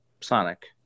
Sonic